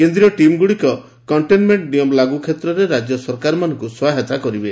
କେନ୍ଦ୍ରୀୟ ଟିମ୍ଗୁଡ଼ିକ କଣ୍ଟେନ୍ମେଣ୍ଟ ନିୟମ ଲାଗୁ କ୍ଷେତ୍ରରେ ରାଜ୍ୟ ସରକାରମାନଙ୍କ ସହାୟତା କରିବେ